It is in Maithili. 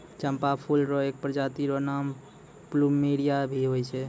चंपा फूल र एक प्रजाति र नाम प्लूमेरिया भी होय छै